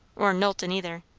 or knowlton either.